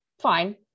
fine